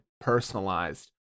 personalized